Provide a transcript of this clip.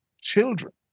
children